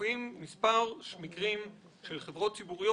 מופיעים מספר מקרים של חברות ציבוריות